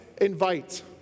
invite